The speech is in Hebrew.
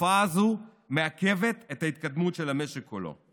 התופעה הזאת מעכבת את ההתקדמות של המשק כולו.